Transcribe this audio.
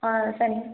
ஆ சரி